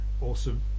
Awesome